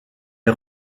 les